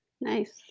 Nice